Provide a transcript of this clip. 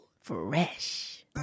Fresh